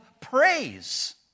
praise